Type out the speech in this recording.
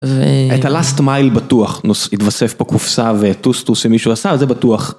זה... את הלאסט מייל בטוח, נוס... התווסף פה קופסה וטוסטוס שמישהו עשה, זה בטוח